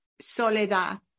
soledad